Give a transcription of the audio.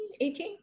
18